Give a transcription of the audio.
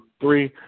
three